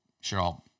Sure